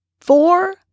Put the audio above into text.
four